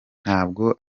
ntabwo